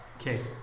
okay